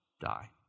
die